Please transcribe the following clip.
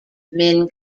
min